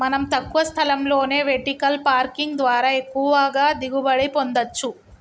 మనం తక్కువ స్థలంలోనే వెర్టికల్ పార్కింగ్ ద్వారా ఎక్కువగా దిగుబడి పొందచ్చు